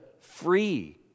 free